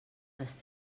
les